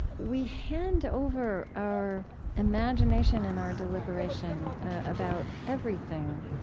we hand over our imagination and our deliberation about everything.